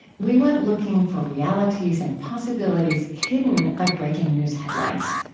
we went looking for realities and possibilities hidden by breaking news headlines.